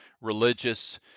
religious